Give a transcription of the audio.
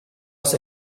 was